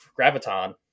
Graviton